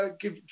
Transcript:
give